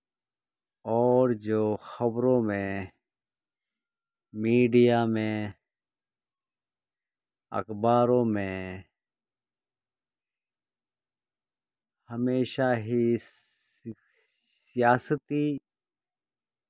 اور جو خبروں میں میڈیا میں اخباروں میں ہمیشہ ہی سیاستی